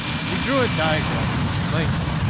she drew a diagram that explained it.